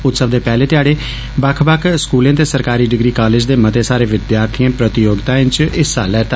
उत्सव दे पैहले ध्याड़े बक्ख बक्ख स्कूलें ते सरकारी डिग्री कालेज दे मते सारे विद्यार्थिएं प्रतियोगिताएं च हिस्सा लैता